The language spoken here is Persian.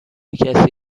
کسی